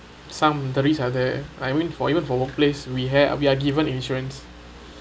some the risk are there I mean for even for workplace we had we are given insurance